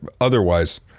otherwise